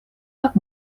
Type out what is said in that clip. как